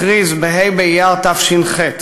הכריז בה' באייר תש"ח,